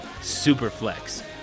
Superflex